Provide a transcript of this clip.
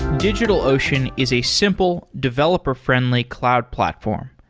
digitalocean is a simple, developer-friendly cloud platform.